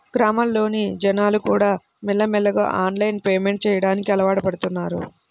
గ్రామాల్లోని జనాలుకూడా మెల్లమెల్లగా ఆన్లైన్ పేమెంట్ చెయ్యడానికి అలవాటుపడుతన్నారు